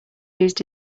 used